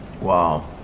Wow